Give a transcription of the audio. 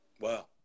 Wow